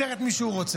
מצייר את מי שהוא רוצה.